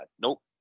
Nope